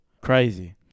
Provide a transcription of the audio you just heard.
Crazy